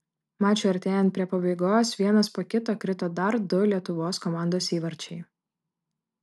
mačui artėjant prie pabaigos vienas po kito krito dar du lietuvos komandos įvarčiai